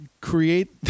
create